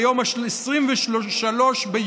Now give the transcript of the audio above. ביום 23 ביולי,